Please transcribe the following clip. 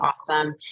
awesome